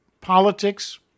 politics